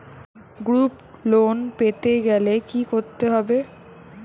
Group loan পেতে গেলে কি করতে হবে?